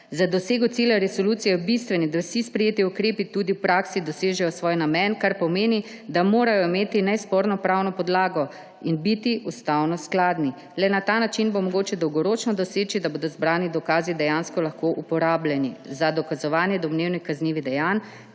Za dosego ciljev resolucije je bistveno, da vsi sprejeti ukrepi tudi v praksi dosežejo svoj namen, kar pomeni, da morajo imeti nesporno pravno podlago in biti ustavno skladni. Le na ta način bo mogoče dolgoročno doseči, da bodo zbrani dokazi dejansko lahko uporabljeni za dokazovanje domnevnih kaznivih dejanj